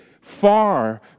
far